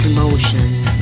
Emotions